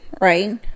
right